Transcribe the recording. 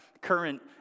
current